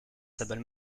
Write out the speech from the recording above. symbole